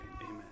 amen